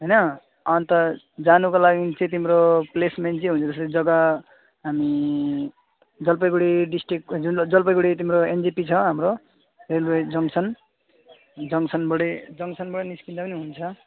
होइन अन्त जानको लागि चाहिँ तिम्रो प्लेसमेन्ट चाहिँ हुनुपर्छ जग्गा हामी जलपाइगुडी डिस्ट्रिक जुन यो जलपाइगुडी तिम्रो एनजेपी छ हाम्रो रेलवे जङ्सन जङ्सनबाट जङ्सनबाट निस्किँदा पनि हुन्छ